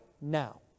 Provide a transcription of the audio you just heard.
now